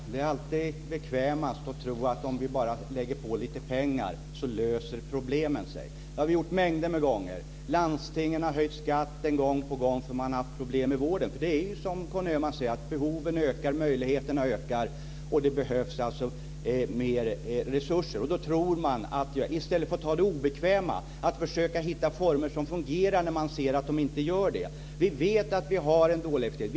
Fru talman! Det är alltid bekvämast att tro att om vi bara lägger på lite pengar så löser sig problemen. Det har vi gjort mängder med gånger. Landstingen har höjt skatten gång på gång, därför att man har haft problem med vården. Det är som Conny Öhman säger, att behoven ökar, möjligheterna ökar och det behövs mer resurser. Då gäller det i stället att ta i det obekväma, att försöka hitta former som fungerar när man ser att de inte gör det. Vi vet att vi har en dålig effektivitet.